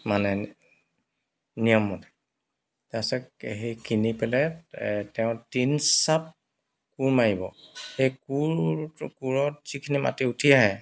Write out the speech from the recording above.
মানে নিয়মমতে তাৰপিছত সেই কিনি পেলাই তেওঁ তিনি চাব কোৰ মাৰিব সেই কোৰ কোৰত যিখিনি মাটি উঠি আহে